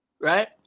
Right